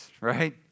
right